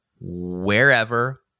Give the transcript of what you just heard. wherever